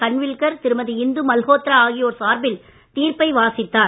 கன்வில்கர் திருமதி இந்து மல்கோத்ரா ஆகியோர் சார்பில் தீர்ப்பை வாசித்தார்